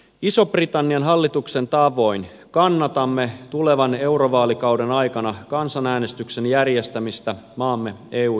iso britannian hallituksen tavoin kannatamme tulevan eurovaalikauden aikana kansanäänestyksen järjestämistä maamme eu jäsenyydestä